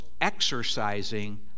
exercising